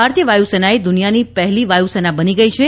ભારતીય વાયુસેનાએ દુનિયાની પહેલી વાયુસેના બની ગઇ છે